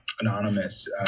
anonymous